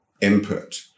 input